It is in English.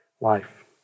life